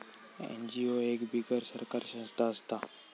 NGO एक बिगर सरकारी संस्था असता